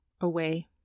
away